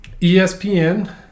ESPN